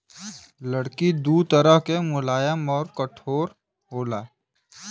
लकड़ी दू तरह के मुलायम आउर कठोर होला